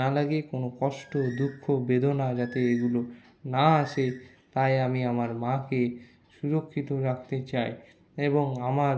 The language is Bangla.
না লাগে কোনো কষ্ট দুঃখ বেদনা যাতে এগুলো না আসে তাই আমি আমার মাকে সুরক্ষিত রাখতে চাই এবং আমার